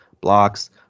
blocks